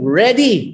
ready